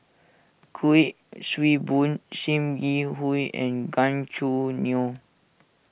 Kuik Swee Boon Sim Yi Hui and Gan Choo Neo